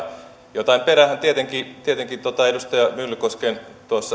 jotain peräähän tietenkin tuossa edustaja myllykosken